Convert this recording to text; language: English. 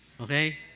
Okay